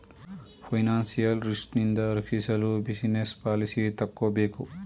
financial risk ನಿಂದ ರಕ್ಷಿಸಲು business policy ತಕ್ಕೋಬೇಕು